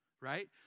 right